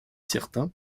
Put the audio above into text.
certain